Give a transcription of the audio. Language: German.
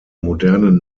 modernen